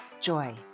joy